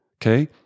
okay